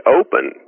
open